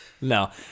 No